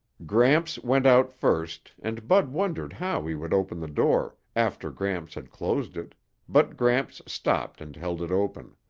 gramps went out first and bud wondered how he would open the door after gramps had closed it but gramps stopped and held it open.